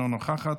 אינה נוכחת,